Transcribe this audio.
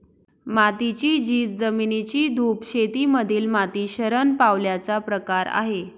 मातीची झीज, जमिनीची धूप शेती मधील माती शरण पावल्याचा प्रकार आहे